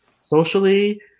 socially